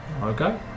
Okay